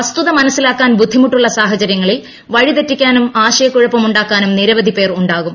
വസ്തുത മനസ്സിലാക്കാൻ ബുദ്ധിമുട്ടുള്ള് സാഹചര്യങ്ങളിൽ വഴിതെറ്റിക്കാനും ആശയകുഴപ്പ് ഉണ്ടാക്കാനും നിരവധിപേർ ഉണ്ടാകും